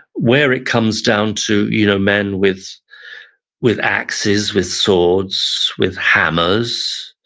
where it comes down to you know men with with axes, with swords, with hammers,